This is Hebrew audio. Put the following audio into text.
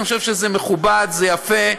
אני חושב שזה מכובד, זה יפה.